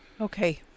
Okay